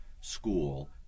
school